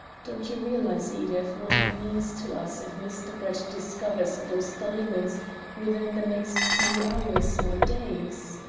don't you realize, edith, what it means to us if mr. brett discovers those diamonds within the next few hours or days?